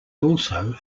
also